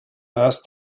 asked